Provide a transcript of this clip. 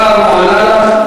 השר ענה.